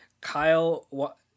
Kyle